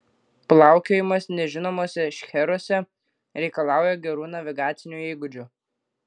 plaukiojimas nežinomuose šcheruose reikalauja gerų navigacinių įgūdžių